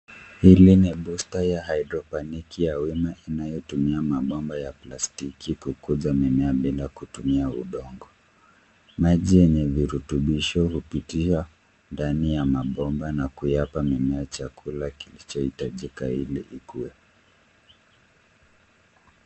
Hili ni booster ya hydroponic ya wima inayotumia mabomba ya plastiki kukuza mimea bila kutumia udongo. Maji yenye virutubisho hupitia ndani ya mabomba na kuyapa mimea chakula kilichohitajika ili ikue.